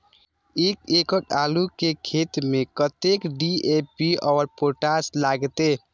एक एकड़ आलू के खेत में कतेक डी.ए.पी और पोटाश लागते?